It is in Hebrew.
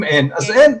אם אין אז אין,